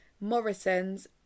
Morrison's